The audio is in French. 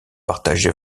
partagé